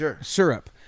syrup